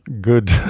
Good